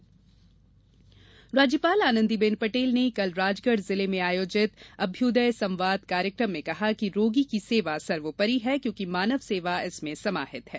राज्यपाल राज्यपाल आनंदी बेन पटेल ने कल राजगढ़ जिले में आयोजित अभ्युदय संवाद कार्यक्रम में कहा कि रोगी की सेवा सर्वोपरी है क्योंकि मानव सेवा इसमें समाहित है